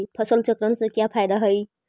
फसल चक्रण से का फ़ायदा हई?